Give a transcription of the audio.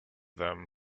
them